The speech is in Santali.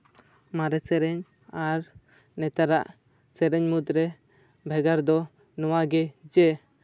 ᱢᱟᱨᱮ ᱥᱮᱨᱮᱧ ᱟᱨ ᱱᱮᱛᱟᱨᱟᱜ ᱥᱮᱨᱮᱧ ᱢᱩᱫᱨᱮ ᱵᱷᱮᱜᱟᱨ ᱫᱚ ᱱᱚᱣᱟᱜᱮ ᱡᱮ